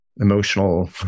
emotional